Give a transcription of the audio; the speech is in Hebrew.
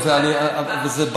כן.